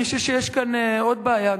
אני חושב שיש כאן גם עוד בעיה,